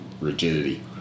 rigidity